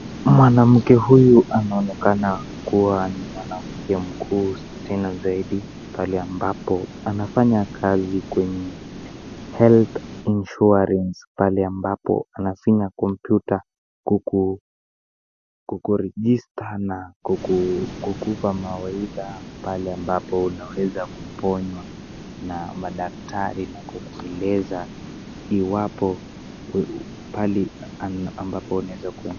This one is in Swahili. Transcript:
Mwanamke huyu anaonekana kuwa ni mwanamke mkuu tena zaidi, pale ambapo anafanya kazi kwenye health insurance , pale ambapo anafinya kompyuta kukuregister na kukupa mawaidha pale ambapo unaweza kuponywa na madaktari na kukueleza iwapo pale ambapo unaweza kwenda.